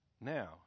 Now